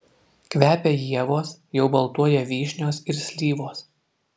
kvepia ievos jau baltuoja vyšnios ir slyvos